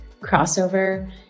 crossover